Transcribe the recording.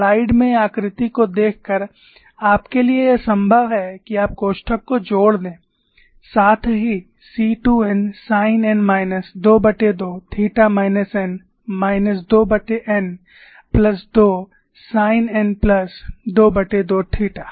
slide में आकृति को देखकर आपके लिए यह संभव है कि आप कोष्ठक को जोड़ दें साथ ही C 2 n sine n minus 22 theta minus n minus 2n plus 2 sine n plus 22 theta